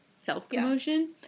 self-promotion